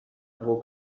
nagu